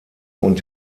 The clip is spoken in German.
und